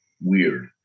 weird